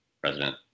president